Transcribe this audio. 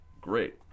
great